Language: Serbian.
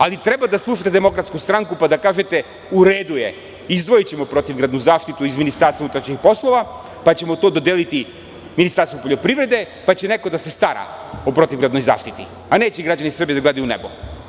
Ali, treba da slušate Demokratsku stranku, pa da kažete u redu je izdvojićemo protivgradnu zaštitu iz Ministarstva unutrašnjih poslova, pa ćemo to dodeliti Ministarstvu poljoprivrede, pa će neko da se stara o protivgradnoj zaštiti, a nećemo građani Srbije da gledaju u nebo.